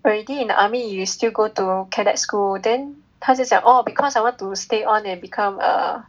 already in army you still go to cadets school then 他就讲 orh because I want to stay on and become a